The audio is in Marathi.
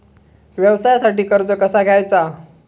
व्यवसायासाठी कर्ज कसा घ्यायचा?